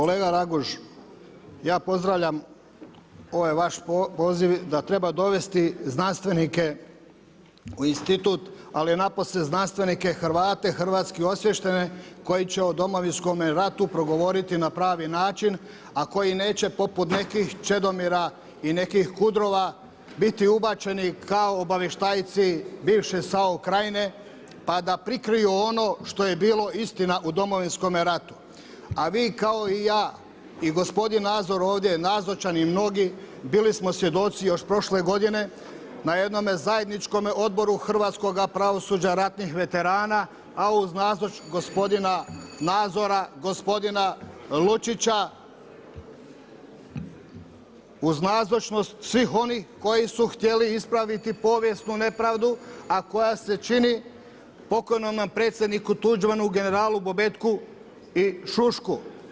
Kolega Raguž ja pozdravljam ovaj vaš poziv da treba dovesti znanstvenike u institut ali napose znanstvenike Hrvate hrvatski osviještene koji će o Domovinskome ratu progovoriti na pravi način a koji neće poput nekih Čedomira i nekih Kudrova biti ubačeni kao obavještajci bivše SAO krajine pa da prikriju ono što je bilo istina u Domovinskome ratu a vi kao i ja i gospodin Nazor ovdje nazočan i mnogi bili smo svjedoci još prošle godine na jednom zajedničkom odboru hrvatskoga pravosuđa ratnih veterana a uz nazočnost gospodina Nazora, gospodina Lučića, uz nazočnost svih ovih koji su htjeli ispraviti povijesnu nepravdu a koja se čini pokojnom nam predsjedniku Tuđmanu, generalu Bobetku i Šušku.